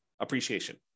appreciation